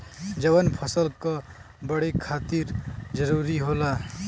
जवन फसल क बड़े खातिर जरूरी होला